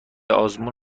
آزمون